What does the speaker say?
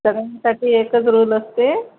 सगळ्यांसाठी एकच रुल असते